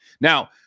Now